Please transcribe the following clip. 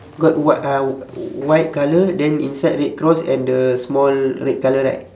got what uh white colour then inside red cross and the small red colour right